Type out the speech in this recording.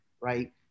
right